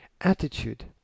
Attitude